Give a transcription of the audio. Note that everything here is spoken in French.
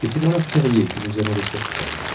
et c'est dans leurs terriers que nous allons les surprendre